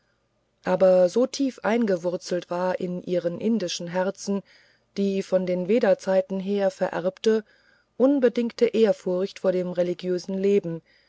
aber so tief eingewurzelt war in ihre indischen herzen die von den vedazeiten her vererbte unbedingte ehrfurcht vor dem religiösen leben